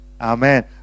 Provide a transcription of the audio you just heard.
Amen